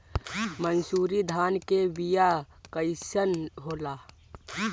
मनसुरी धान के बिया कईसन होला?